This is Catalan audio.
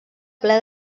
ple